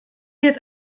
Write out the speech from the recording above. jetzt